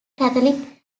catholic